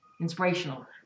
Inspirational